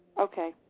Okay